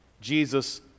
Jesus